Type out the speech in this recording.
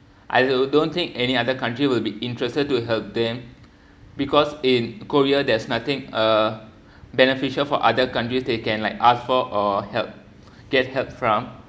I will don't think any other country will be interested to help them because in korea there's nothing uh beneficial for other countries they can like ask for or help get help from